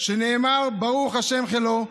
שנאמר 'ברך ה' חילו',